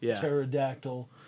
pterodactyl